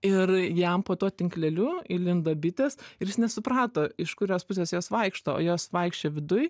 ir jam po tuo tinkleliu įlindo bitės ir jis nesuprato iš kurios pusės jos vaikšto o jos vaikščiojo viduj